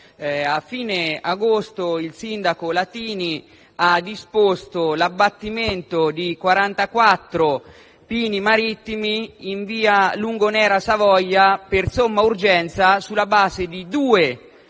A fine agosto, il sindaco Latini ha disposto l'abbattimento di 44 pini marittimi in Via Lungonera Savoia per somma urgenza, sulla base di due relazioni